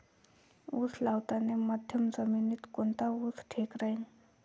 उस लावतानी मध्यम जमिनीत कोनचा ऊस ठीक राहीन?